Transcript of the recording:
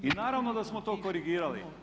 I naravno da smo to korigirali.